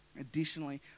Additionally